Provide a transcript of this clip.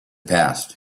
passed